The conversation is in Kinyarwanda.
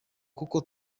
kuko